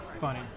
funny